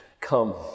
Come